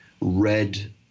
red